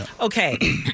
Okay